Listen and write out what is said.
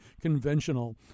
conventional